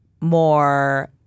more